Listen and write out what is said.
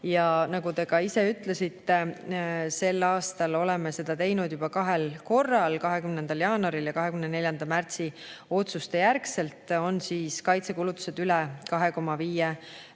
Nagu te ka ise ütlesite, sel aastal oleme seda teinud juba kahel korral: 20. jaanuari ja 24. märtsi otsuste järel on kaitsekulutused üle 2,5%